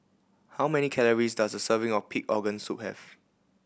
how many calories does a serving of pig organ soup have